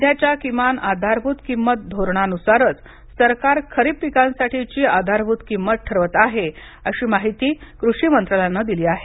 सध्याच्या किमान आधारभूत किंमत धोरणांनुसारच सरकार खरीप पिकांसाठीची आधारभूत किंमत ठरवत आहे अशी माहिती कृषी मंत्रालयानं दिली आहे